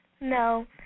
No